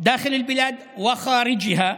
בארץ ובחוץ לארץ.